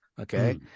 Okay